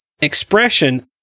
expression